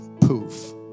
poof